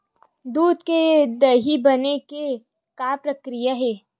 दूध से दही बने के का प्रक्रिया हे?